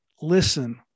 listen